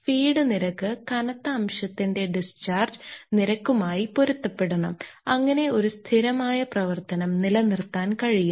feed നിരക്ക് കനത്ത അംശത്തിന്റെ ഡിസ്ചാർജ് നിരക്കുമായി പൊരുത്തപ്പെടണം അങ്ങനെ ഒരു സ്ഥിരമായ പ്രവർത്തനം നിലനിർത്താൻ കഴിയും